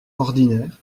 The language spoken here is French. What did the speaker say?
ordinaire